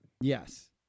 Yes